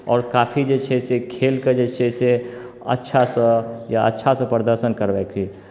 आओर काफी जे छै से खेलकेँ जे छै से अच्छासँ या अच्छासँ प्रदर्शन करबाक छी